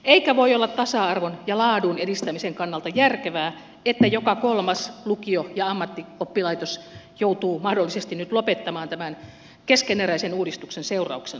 ei voi olla tasa arvon ja laadun edistämisen kannalta järkevää että joka kolmas lukio ja ammattioppilaitos joutuu mahdollisesti nyt lopettamaan tämän keskeneräisen uudistuksen seurauksena